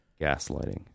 gaslighting